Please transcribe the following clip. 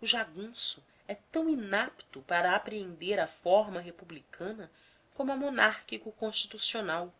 o jagunço é tão inapto para apreender a forma republicana como a